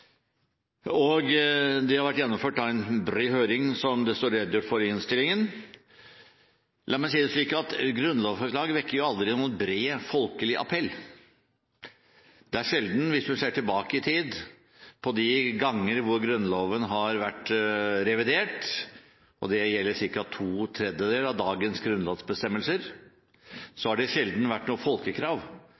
komiteen. Det har vært gjennomført en bred høring, som det står redegjort for i innstillingen. La meg si det slik at grunnlovsforslag aldri har hatt noen bred folkelig appell. Hvis du ser tilbake i tid på de gangene hvor Grunnloven har blitt revidert, og det gjelder ca. to tredjedeler av dagens grunnlovsbestemmelser, har det sjelden vært noe folkekrav